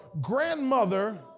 grandmother